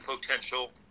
potential